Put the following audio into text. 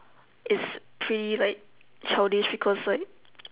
it's pretty like childish because like